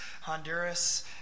Honduras